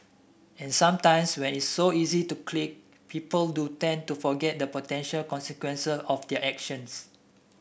and sometimes when it's so easy to click people do tend to forget the potential consequences of their actions